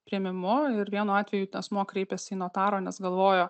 priėmimu ir vienu atveju asmuo kreipiasi į notarą nes galvojo